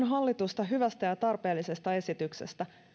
hallitusta hyvästä ja tarpeellisesta esityksestä